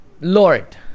lord